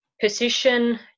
position